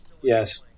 Yes